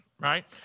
right